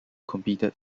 competed